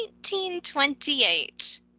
1928